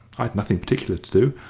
i'd nothing particular to do.